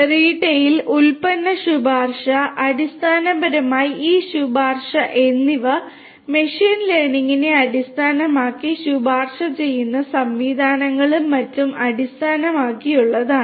retail ഉൽപന്ന ശുപാർശ അടിസ്ഥാനപരമായി ഈ ശുപാർശ എന്നിവ മെഷീൻ ലേണിംഗിനെ അടിസ്ഥാനമാക്കി ശുപാർശ ചെയ്യുന്ന സംവിധാനങ്ങളും മറ്റും അടിസ്ഥാനമാക്കിയുള്ളതാണ്